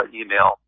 email